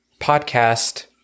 podcast